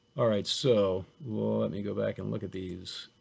all right, so let me go back and look at these.